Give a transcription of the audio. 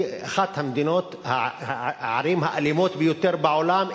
זו אחת הערים האלימות ביותר בעולם,